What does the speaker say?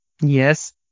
Yes